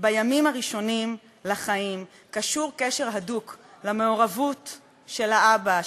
בימים הראשונים לחיים קשור קשר הדוק למעורבות של האבא,